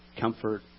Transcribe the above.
comfort